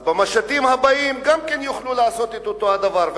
אז במשטים הבאים גם כן יוכלו לעשות את אותו דבר.